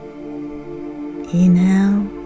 inhale